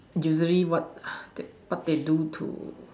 usually what what they do to